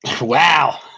Wow